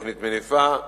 תוכנית "מניפה",